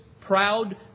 proud